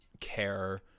care